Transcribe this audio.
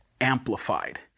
amplified